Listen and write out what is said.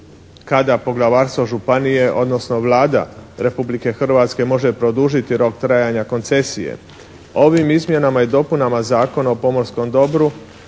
kada poglavarstvo županije, odnosno Vlada Republike Hrvatske može produžiti rok trajanja koncesije. Ovim izmjenama i dopunama Zakona o pomorskom dobru